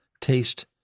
taste